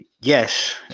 yes